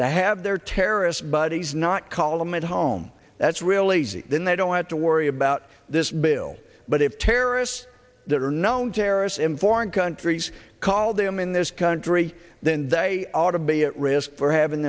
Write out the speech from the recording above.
that have their terrorist buddies not call them at home that's really sick then they don't have to worry about this bill but if terrorists that are known terrorists in foreign countries call them in this country then they ought to be at risk for having